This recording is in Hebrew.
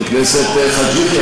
חבר הכנסת חאג' יחיא,